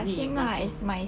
same lah as my